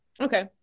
okay